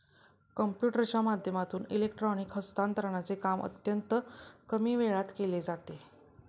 कम्प्युटरच्या माध्यमातून इलेक्ट्रॉनिक हस्तांतरणचे काम अत्यंत कमी वेळात केले जाते